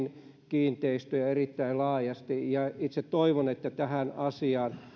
kiinteistöjä erittäin laajasti itse toivon että tähän asiaan